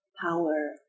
power